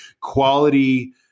quality